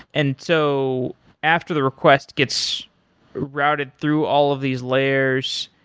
and so after the request gets routed through all of these layers,